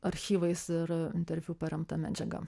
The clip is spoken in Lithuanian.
archyvais ir interviu paremta medžiaga